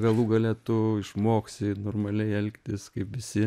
galų gale tu išmoksi normaliai elgtis kaip visi